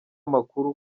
amakuru